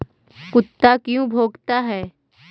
कुत्ता क्यों भौंकता है?